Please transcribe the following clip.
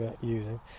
using